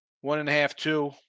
one-and-a-half-two